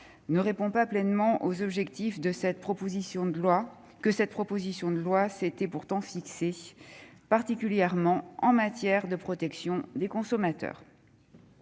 ne répond pas pleinement aux objectifs que cette proposition de loi s'était pourtant fixés, particulièrement en matière de protection des consommateurs.